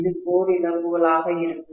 இது கோர் இழப்புகளாக இருக்கும்